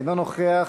אינו נוכח.